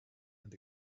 and